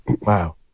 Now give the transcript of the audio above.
Wow